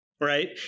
right